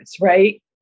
right